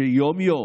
שיום-יום,